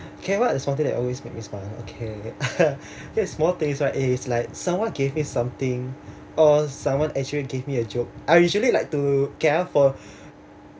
okay what're the small thing that always make me smile okay there's a small things right it is like someone gave me something or someone actually gave me a joke I usually like to okay ah for